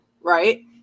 right